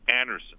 Anderson